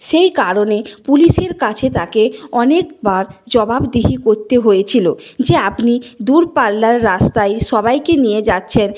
সেই কারণে পুলিশের কাছে তাকে অনেকবার জবাবদিহি করতে হয়েছিল যে আপনি দূরপাল্লার রাস্তায় সবাইকে নিয়ে যাচ্ছেন